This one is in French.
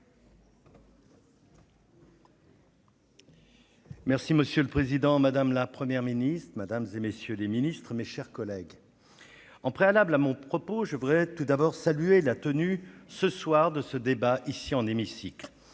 Monsieur le président, madame la Première ministre, mesdames, messieurs les ministres, mes chers collègues, en préalable à mon propos, je voudrais tout d'abord saluer la tenue, ce soir, de ce débat dans l'hémicycle.